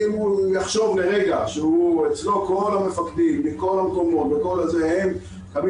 אם הוא יחשוב לרגע שאצלו כל המפקדים וכל המקומות הם קמים